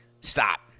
stop